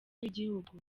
w’igihugu